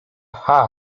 cha